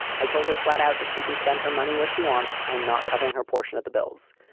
i told her flat out that she can spend her money where she wants. i'm not covering her portion of the bills.